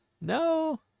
No